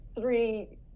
three